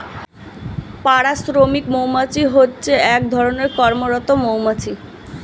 পাড়া শ্রমিক মৌমাছি হচ্ছে এক ধরণের কর্মরত মৌমাছি